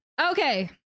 okay